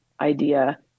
idea